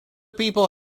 people